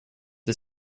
the